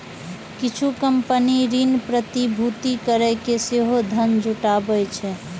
किछु कंपनी ऋण प्रतिभूति कैरके सेहो धन जुटाबै छै